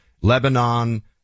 Lebanon